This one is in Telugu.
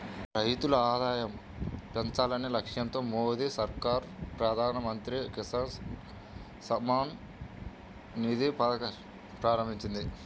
రైతుల ఆదాయం పెంచాలనే లక్ష్యంతో మోదీ సర్కార్ ప్రధాన మంత్రి కిసాన్ సమ్మాన్ నిధి పథకాన్ని ప్రారంభించింది